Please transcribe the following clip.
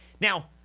Now